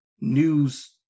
news